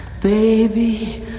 baby